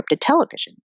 television